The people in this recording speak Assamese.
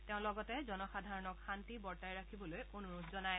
তেওঁ লগতে জনসাধাৰণক শান্তি বৰ্তাই ৰাখিবলৈ অনূৰোধ জনায়